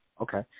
Okay